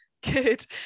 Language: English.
Good